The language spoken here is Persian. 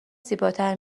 زیباتر